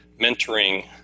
mentoring